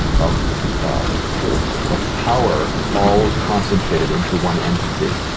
of of power all concentrated into one entity,